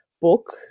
book